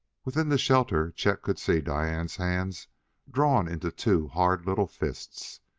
within the shelter chet could see diane's hands drawn into two hard little fists.